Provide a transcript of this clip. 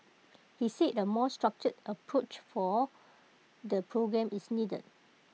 he said A more structured approach for the programme is needed